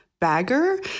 bagger